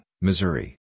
Missouri